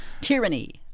Tyranny